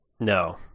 No